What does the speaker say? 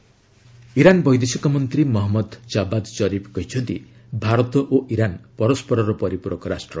India Iran Iran ବୈଦେଶିକ ମନ୍ତ୍ରୀ Mohammad Javad Zarif କହିଛନ୍ତି ଭାରତ ଓ ଇରାନ ପରସ୍କରର ପରିପୂରକ ରାଷ୍ଟ୍ର